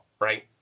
right